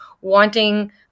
wanting